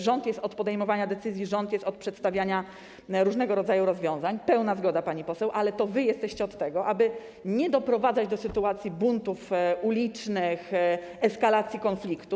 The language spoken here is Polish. Rząd jest od podejmowania decyzji, rząd jest od przedstawiania różnego rodzaju rozwiązań - pełna zgoda, pani poseł - ale to wy jesteście od tego, aby nie doprowadzać do sytuacji buntów ulicznych, eskalacji konfliktu.